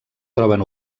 troben